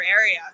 area